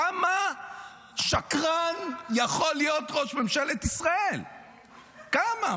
כמה שקרן יכול להיות ראש ממשלת ישראל, כמה?